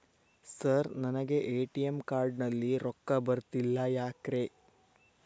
Sir ನನಗೆ ATM card ನಲ್ಲಿ ರೊಕ್ಕ ಬರತಿಲ್ಲ ಯಾಕ್ರೇ?